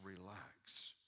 relax